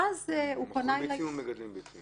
האם הם מוכרים ביצים או מגדלים ביצים?